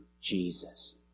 Jesus